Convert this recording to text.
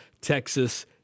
Texas